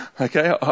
Okay